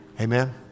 Amen